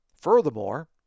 Furthermore